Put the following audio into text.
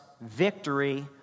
victory